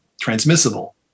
transmissible